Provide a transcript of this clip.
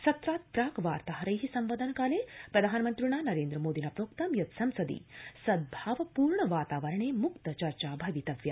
सत्रात् प्राक् वार्ताहरै सम्वदन् काले प्रधानमन्त्रिणा नरेन्द्रमोदिना प्रोक्तं यत् संसदि सद्भावपूर्ण वातावरणे म्क्त चर्चा भवितव्या